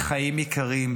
בחיים יקרים,